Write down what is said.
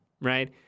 right